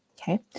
okay